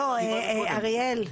לא, אריאל.